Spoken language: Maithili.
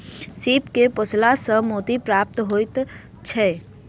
सीप के पोसला सॅ मोती प्राप्त होइत छै